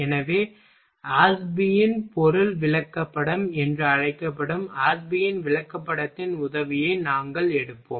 எனவே ஆஷ்பியின் பொருள் விளக்கப்படம் என்று அழைக்கப்படும் ஆஷ்பியின் விளக்கப்படத்தின் உதவியை நாங்கள் எடுப்போம்